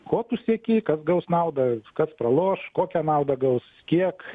ko tu sieki kas gaus naudą kas praloš kokią naudą gaus kiek